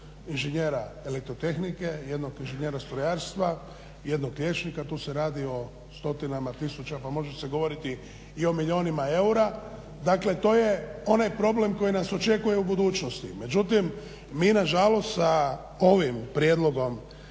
inženjera elektrotehnike, jednog inženjera strojarstva, jednog liječnika tu se radi o stotinama tisuća pa može se govoriti i o milijunima eura. Dakle to je onaj problem koji nas očekuje u budućnosti, međutim mi nažalost sa ovim prijedlogom